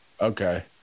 Okay